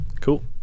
Cool